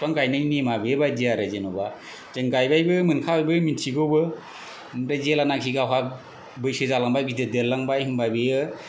बिफां गायनायनि नेमा बेबायदि आरो जेनबा जों गायबायबो मोनखाबाय बो मिनथिगौबो आमफ्राय जेलानाखि गावहा बैसो जालांबाय गिदिर देरलांबाय होमबा बियो